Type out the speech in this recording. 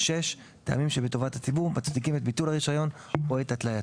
טעמים שבטובת הציבור מצדיקים את ביטול הרישיון או את התלייתו.